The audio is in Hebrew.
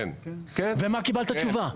ומה קיבלת תשובה?